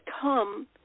come